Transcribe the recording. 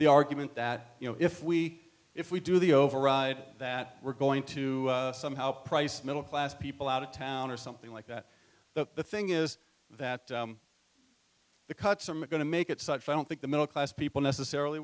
the argument that you know if we if we do the override that we're going to somehow price middle class people out of town or something like that but the thing is that the cuts are going to make it such i don't think the middle class people necessarily